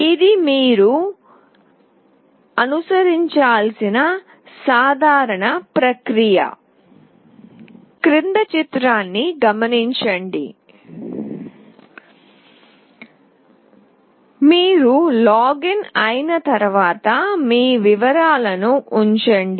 ఇది మీరు అనుసరించాల్సిన సాధారణ ప్రక్రియ మీరు లాగిన్ అయిన తర్వాత మీ వివరాలను ఉంచండి